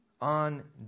on